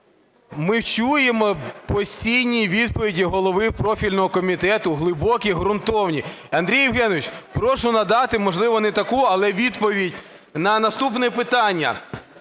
Ми чуємо постійні відповіді голови профільного комітету, глибокі і ґрунтовні. Андрій Євгенович, прошу надати, можливо, не таку, але відповідь на наступне питання.